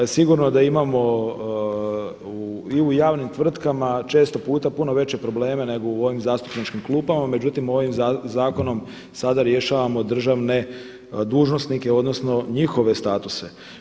Sigurno da imamo i u javnim tvrtkama često puta puno veće probleme nego u ovim zastupničkim klupama, međutim, ovim zakonom sada rješavamo državne dužnosnike odnosno njihove statuse.